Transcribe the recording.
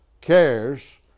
cares